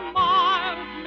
miles